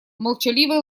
молчаливый